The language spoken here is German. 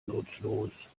nutzlos